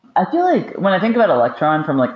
i fell like when i think about electron from like